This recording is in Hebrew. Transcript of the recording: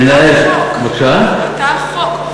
מנהל, אתה החוק.